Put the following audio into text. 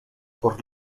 por